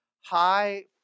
high